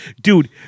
Dude